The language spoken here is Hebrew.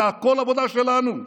זה הכול עבודה שלנו.